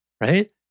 Right